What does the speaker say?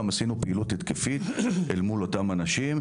גם עשינו פעילות התקפית אל מול אותם אנשים,